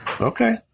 Okay